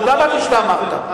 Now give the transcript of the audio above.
לא אמרתי שאתה אמרת.